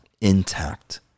intact